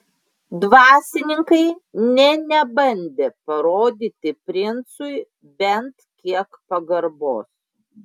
dvasininkai nė nebandė parodyti princui bent kiek pagarbos